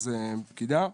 פקידה,